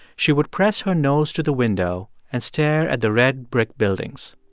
she would press her nose to the window and stare at the red brick buildings.